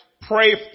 pray